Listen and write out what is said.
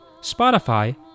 Spotify